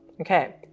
Okay